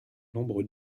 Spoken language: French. nombre